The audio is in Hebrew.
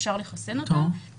אפשר לחסן אותם.